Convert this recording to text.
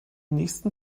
nächsten